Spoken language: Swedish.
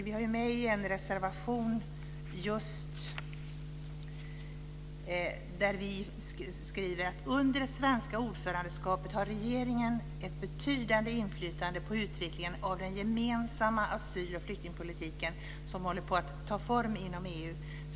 Vi har med detta i en reservation, där vi skriver: Under det svenska ordförandeskapet har regeringen ett betydande inflytande på utvecklingen av den gemensamma asyl och flyktingpolitiken som håller på att ta form inom EU.